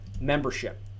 membership